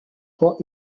for